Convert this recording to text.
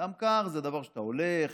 בדם קר זה דבר שאתה הולך